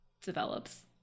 develops